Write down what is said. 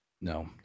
No